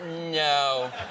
No